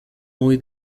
muy